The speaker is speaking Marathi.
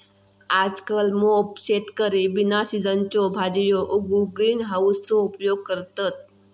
आजकल मोप शेतकरी बिना सिझनच्यो भाजीयो उगवूक ग्रीन हाउसचो उपयोग करतत